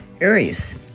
Aries